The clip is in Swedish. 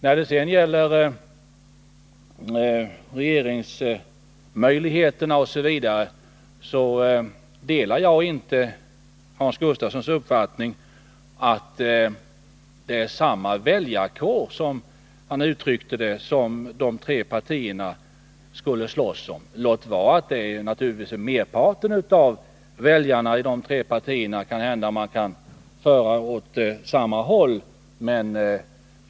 När det gäller regeringsmöjligheterna osv. delar jag inte Hans Gustafssons uppfattning att de tre partierna skulle slåss om samma väljarkår, som han uttryckte det, låt vara att man kanhända kan föra merparten av deras väljare åt samma håll.